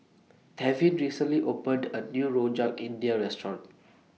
Tevin recently opened A New Rojak India Restaurant